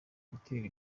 gutera